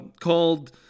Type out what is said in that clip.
called